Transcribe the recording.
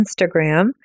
Instagram